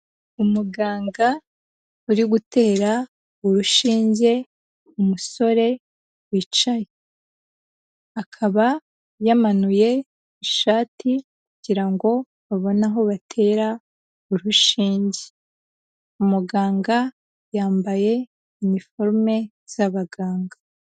Umuganga uri gutera urushinge umusore wicaye, akaba yamanuye ishati kugira ngo babone aho batera urushinge, umuganga yambaye iniforume z'abaganga.